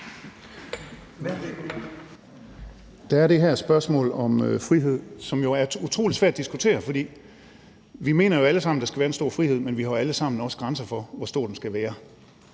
Der er det her spørgsmål om frihed, som er utrolig svært at diskutere. For vi mener jo alle sammen, at der skal være en stor frihed, men vi har alle sammen også grænser for, hvor stor den skal være,